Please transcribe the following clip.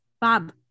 Bob